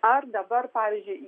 ar dabar pavyzdžiui